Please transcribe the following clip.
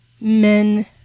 men